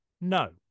no